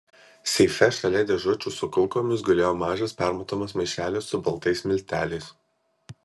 seife šalia dėžučių su kulkomis gulėjo mažas permatomas maišelis su baltais milteliais